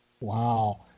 Wow